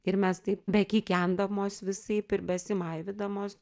ir mes taip be kikendamos visaip ir besimaivydamos